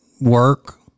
work